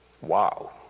Wow